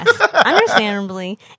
understandably